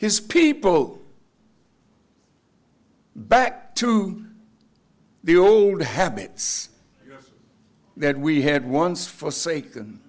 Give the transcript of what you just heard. his people back to the old habits that we had once forsaken and